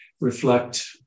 reflect